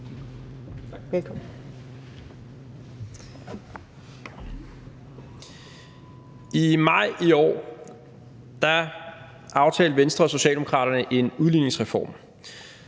I maj i år aftalte Venstre og Socialdemokraterne en udligningsreform.